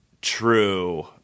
true